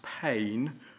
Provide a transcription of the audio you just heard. pain